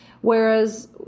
whereas